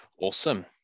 Awesome